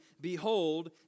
behold